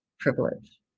privilege